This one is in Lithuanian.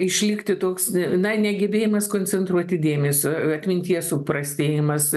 išlikti toks na negebėjimas koncentruoti dėmesio atminties suprastėjimas